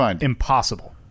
impossible